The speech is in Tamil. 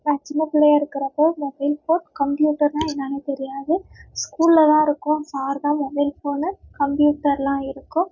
நான் சின்ன பிள்ளையாக இருக்கிறப்போ மொபைல் ஃபோன் கம்ப்யூட்டர்னா என்னானே தெரியாது ஸ்கூல்லெலாம் இருக்கும் சார் தான் மொபைல் ஃபோனு கம்ப்யூட்டரெலாம் இருக்கும்